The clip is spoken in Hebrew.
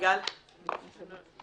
1 נגד,